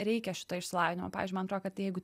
reikia šito išsilavinimo pavyzdžiui man atrodo kad tai jeigu